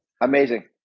Amazing